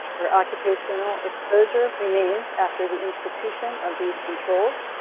where occupational exposure remains after the institution of these controls,